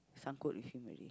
sangkut with him already